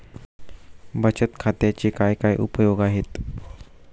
बचत खात्याचे काय काय उपयोग आहेत?